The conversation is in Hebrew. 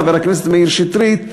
חבר הכנסת מאיר שטרית,